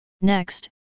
Next